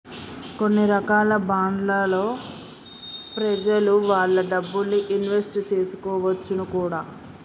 కొన్ని రకాల బాండ్లలో ప్రెజలు వాళ్ళ డబ్బుల్ని ఇన్వెస్ట్ చేసుకోవచ్చును కూడా